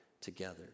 together